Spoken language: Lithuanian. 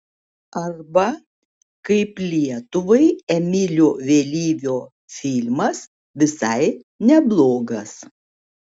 arba kaip lietuvai emilio vėlyvio filmas visai neblogas